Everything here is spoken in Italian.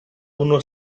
uno